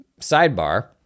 sidebar